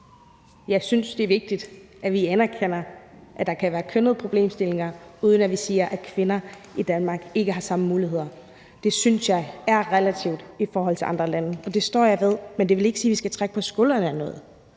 igen synes jeg, det er vigtigt, at vi anerkender, at der kan være kønnede problemstillinger, uden at vi siger, at kvinder i Danmark ikke har de samme muligheder. Det synes jeg er relativt i forhold til andre lande, og det står jeg ved, men det vil ikke sige, at vi skal trække på skulderen ad noget,